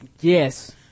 Yes